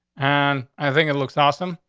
and i think it looks awesome.